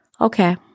Okay